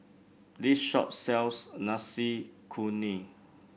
this shop sells Nasi Kuning